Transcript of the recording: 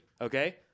Okay